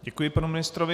Děkuji panu ministrovi.